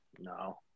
No